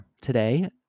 today